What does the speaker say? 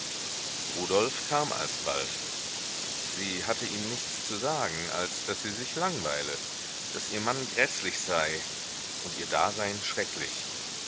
rudolf kam alsbald sie hatte ihm nichts zu sagen als daß sie sich langweile daß ihr mann gräßlich sei und ihr dasein schrecklich